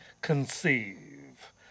conceive